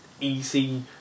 easy